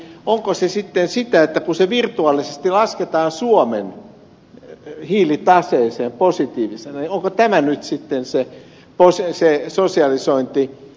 onko se sitten sitä että kun se virtuaalisesti lasketaan suomen hiilitaseeseen positiivisena niin onko tämä nyt sitten se sosialisointi